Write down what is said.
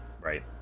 right